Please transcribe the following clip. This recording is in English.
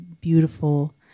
beautiful